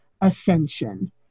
ascension